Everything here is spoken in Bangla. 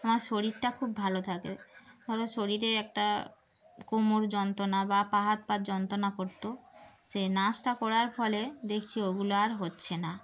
আমার শরীরটা খুব ভালো থাকে ধরো শরীরে একটা কোমর যন্ত্রণা বা পা হাত পা হাত যন্ত্রণা করতো সে নাচটা করার ফলে দেখছি ওগুলো আর হচ্ছে না